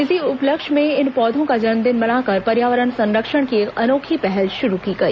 इसी उपलक्ष्य में इन पौधों का जन्मदिन मनाकर पर्यावरण संरक्षण की एक अनोखी पहल शुरू की गई